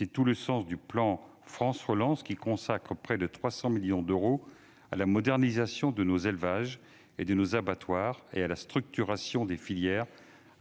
Le plan France Relance consacre ainsi près de 300 millions d'euros à la modernisation de nos élevages et de nos abattoirs et à la structuration des filières,